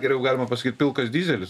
geriau galima pasakyt pilkas dyzelis